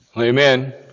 Amen